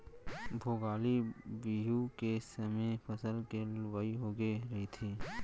भोगाली बिहू के समे फसल के लुवई होगे रहिथे